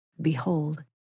Behold